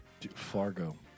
Fargo